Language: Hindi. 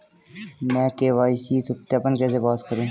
मैं के.वाई.सी सत्यापन कैसे पास करूँ?